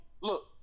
look